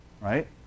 Right